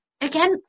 again